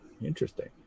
interesting